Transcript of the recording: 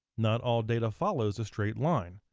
not all data follows a straight line.